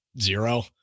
zero